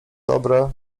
dobre